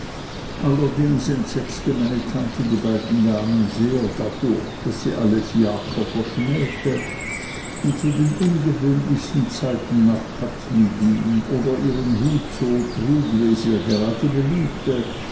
allerdings entsetzte meine tante die beiden damen sehr dadurch daß sie alle fiaker verschmähte und zu den ungewöhnlichsten zeiten nach putney ging oder ihren hut so trug wie es ihr gerade beliebte